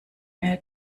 mehr